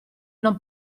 non